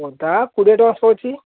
ଲଙ୍କା କୋଡ଼ିଏ ଟଙ୍କା ଶହେ ଅଛି